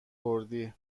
کردی